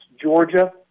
Georgia